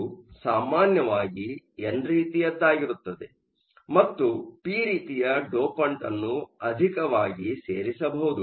ಅದು ಸಾಮಾನ್ಯವಾಗಿ ಎನ್ ರೀತಿಯದ್ದಾಗಿರುತ್ತದೆ ಮತ್ತು ಪಿ ರೀತಿಯ ಡೊಪಂಟ್ ಅನ್ನು ಅಧಿಕವಾಗಿ ಸೇರಿಸಬಹುದು